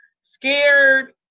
scared